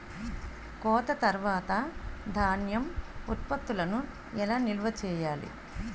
కోత తర్వాత ధాన్యం ఉత్పత్తులను ఎలా నిల్వ చేయాలి?